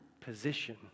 position